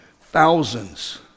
thousands